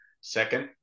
second